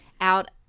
out